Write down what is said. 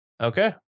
Okay